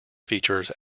features